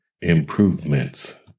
improvements